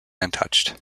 untouched